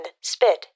spit